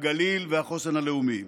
הגליל והחוסן הלאומי.